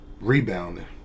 rebounding